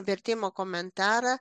vertimo komentarą